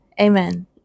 amen